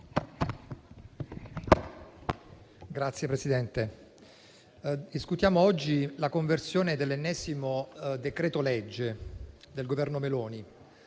Signora Presidente, discutiamo oggi la conversione dell'ennesimo decreto-legge del Governo Meloni.